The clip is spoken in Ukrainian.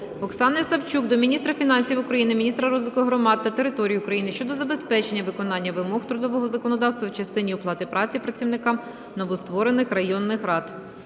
Оксани Савчук до міністра фінансів України, міністра розвитку громад та територій України щодо забезпечення виконання вимог трудового законодавства в частині оплати праці працівникам новостворених районних рад.